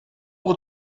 that